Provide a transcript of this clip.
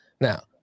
Now